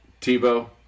Tebow